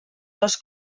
dos